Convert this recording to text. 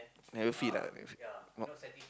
never feed ah never feed not